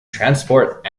transport